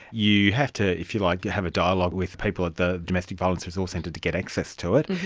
you have to, if you like, have a dialogue with people at the domestic violence resource centre to get access to it,